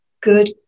good